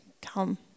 come